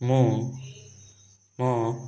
ମୁଁ ମୋ